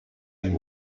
and